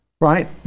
right